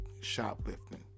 shoplifting